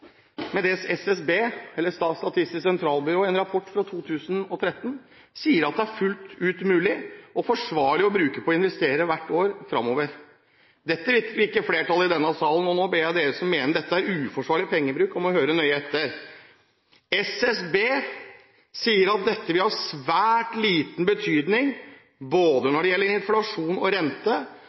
tråd med det SSB – Statistisk sentralbyrå – i en rapport fra 2013 sier at er fullt ut mulig og forsvarlig å bruke på å investere hvert år fremover. Dette vil ikke flertallet i denne salen, og nå ber jeg dere som mener dette er uforsvarlig pengebruk, om å høre nøye etter: SSB sier at dette vil ha svært liten betydning når det gjelder både inflasjon og rente,